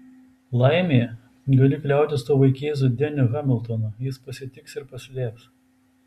laimė gali kliautis tuo vaikėzu deniu hamiltonu jis pasitiks ir paslėps